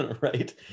Right